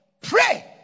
Pray